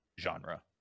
genre